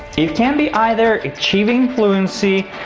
it can be either achieving fluency,